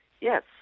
Yes